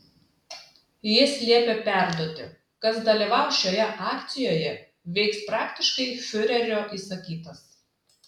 jis liepė perduoti kas dalyvaus šioje akcijoje veiks praktiškai fiurerio įsakytas